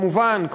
כמובן,